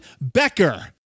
Becker